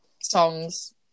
Songs